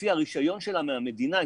לפי הרישיון שלה מהמדינה,